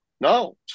No